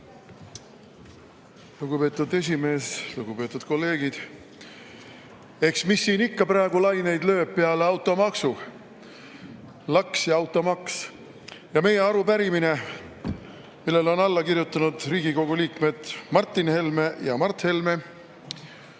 Lugupeetud [ase]esimees! Lugupeetud kolleegid! Mis siin ikka praegu laineid lööb peale automaksu – laks ja automaks. Meie arupärimine, millele on alla kirjutanud Riigikogu liikmed Martin Helme ja Mart Helme,